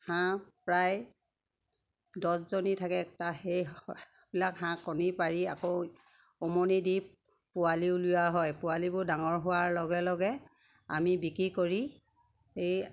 হাঁহ প্ৰায় দহজনী থাকে তাৰ সেইবিলাক হাঁহ কণী পাৰি আকৌ উমনি দি পোৱালি উলিওৱা হয় পোৱালিবোৰ ডাঙৰ হোৱাৰ লগে লগে আমি বিক্ৰী কৰি